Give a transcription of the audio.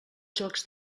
jocs